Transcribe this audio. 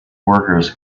workers